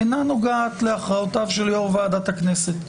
אינה נוגעת להכרעותיו של יו"ר ועדת הכנסת.